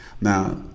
Now